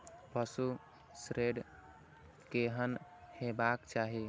पशु शेड केहन हेबाक चाही?